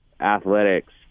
athletics